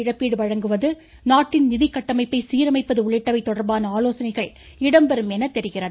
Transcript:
இழப்பீடு வழங்குவது நாட்டின் நிதி கட்டமைப்பை சீரமைப்பது உள்ளிட்டவை தொடா்பான ஆலோசனைகள் இடம்பெறும் என தெரிகிறது